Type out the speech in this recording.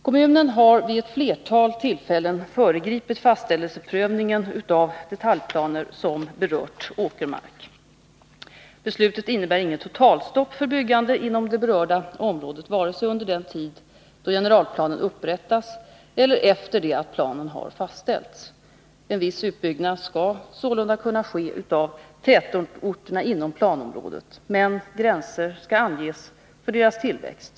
Kommunen har vid ett flertal tillfällen föregripit fastställelseprövningen av detaljplaner som berört åkermark. Beslutet innebär inget totalstopp för byggande inom det berörda området, vare sig under den tid då generalplanen upprättas eller efter det att planen har fastställts. En viss utbyggnad skall sålunda kunna ske av tätorterna inom planområdet — men gränser skall anges för deras tillväxt.